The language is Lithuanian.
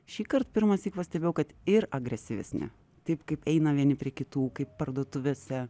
šįkart pirmąsyk pastebėjau kad ir agresyvesni taip kaip eina vieni prie kitų kaip parduotuvėse